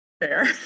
Fair